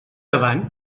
avant